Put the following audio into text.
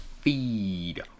feed